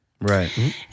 Right